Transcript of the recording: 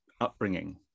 upbringing